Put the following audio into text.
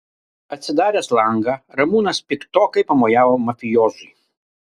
atsidaręs langą ramūnas piktokai pamojavo mafijoziui